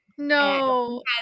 No